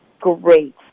great